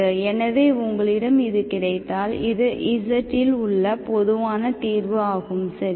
எனவே உங்களிடம் இது கிடைத்தால் இது z இல் உள்ள பொதுவான தீர்வு ஆகும் சரியா